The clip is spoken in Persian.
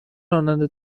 راننده